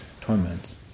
torments